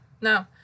No